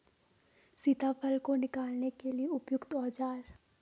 सीताफल को निकालने के लिए उपयुक्त औज़ार?